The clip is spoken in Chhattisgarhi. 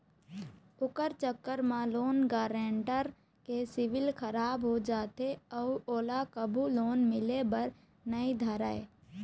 ओखर चक्कर म लोन गारेंटर के सिविल खराब हो जाथे अउ ओला कभू लोन मिले बर नइ धरय